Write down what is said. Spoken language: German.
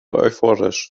euphorisch